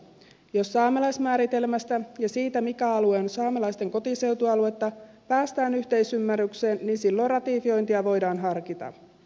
jos saamelaismääritelmästä ja siitä mikä alue on saamelaisten kotiseutualuetta päästään yhteisymmärrykseen niin silloin ratifiointia voidaan harkita